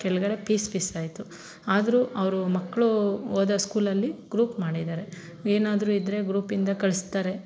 ಕೆಳಗಡೆ piece piece ಆಯಿತು ಆದರೂ ಅವರು ಮಕ್ಕಳು ಓದೋ ಸ್ಕೂಲಲ್ಲಿ ಗ್ರೂಪ್ ಮಾಡಿದರೆ ಏನಾದರೂ ಇದ್ದರೆ ಗ್ರೂಪಿಂದ ಕಳಿಸ್ತಾರೆ